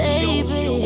Baby